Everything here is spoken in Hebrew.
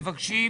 מבקשים